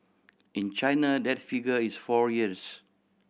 in China that figure is four years